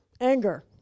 anger